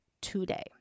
today